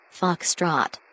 Foxtrot